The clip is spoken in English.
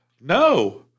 No